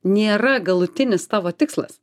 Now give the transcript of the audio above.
nėra galutinis tavo tikslas